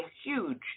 huge